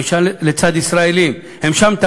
הם שם לצד הישראלים,